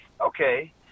okay